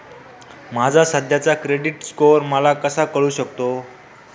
माझा सध्याचा credit score मला कसा कळू शकतो?